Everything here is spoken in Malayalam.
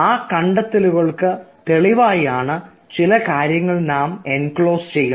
ആ കണ്ടെത്തലുകൾക്ക് തെളിവായാണ് ചില കാര്യങ്ങൾ നാം എൻക്ലോസ് ചെയ്യുന്നത്